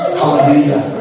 hallelujah